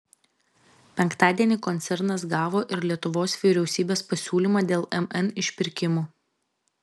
penktadienį koncernas gavo ir lietuvos vyriausybės pasiūlymą dėl mn išpirkimo